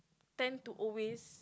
tend to always